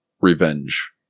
revenge